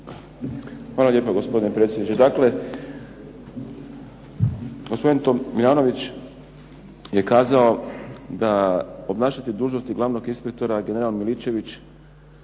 Hvala lijepa, gospodine predsjedniče. Dakle, gospodin Tomljanović je kazao da obnašatelj dužnosti glavnog inspektora, general Miličević,